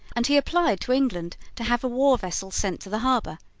and he applied to england to have a war-vessel sent to the harbor.